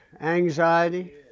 Anxiety